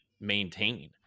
maintain